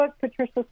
Patricia